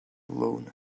loan